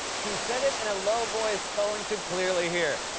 he said it in a low voice cohen could clearly hear.